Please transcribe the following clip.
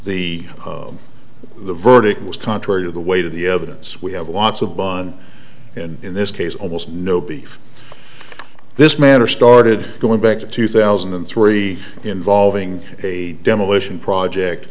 the the verdict was contrary to the weight of the evidence we have lots of bun and in this case almost no beef this matter started going back to two thousand and three involving a demolition project